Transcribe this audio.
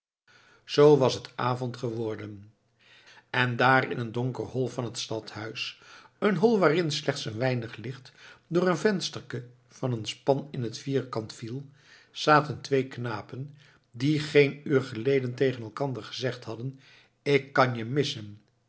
zoo was het avond geworden en daar in een donker hol van het stadhuis een hol waarin slechts een weinig licht door een vensterke van een span in het vierkant viel zaten twee knapen die geen uur geleden tegen elkander gezegd hadden ik kan je missen